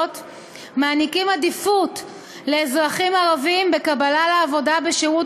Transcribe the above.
מעניקים עדיפות לאזרחים ערבים בקבלה לעבודה בשירות